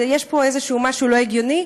ויש פה משהו לא הגיוני.